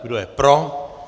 Kdo je pro.